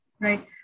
right